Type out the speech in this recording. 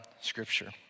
scripture